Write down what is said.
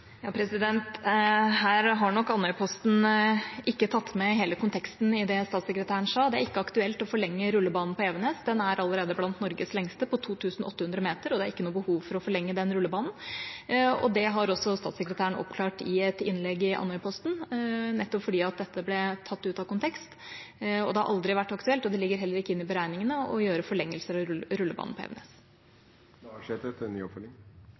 Her har nok Andøyposten ikke tatt med hele konteksten i det statssekretæren sa. Det er ikke aktuelt å forlenge rullebanen på Evenes. Den er allerede blant Norges lengste, på 2 800 meter, og det er ikke noe behov for å forlenge den rullebanen. Det har statssekretæren oppklart i et innlegg i Andøyposten nettopp fordi dette ble tatt ut av kontekst, og det har aldri vært aktuelt – og det ligger heller ikke inne i beregningene – å gjøre forlengelser av rullebanen på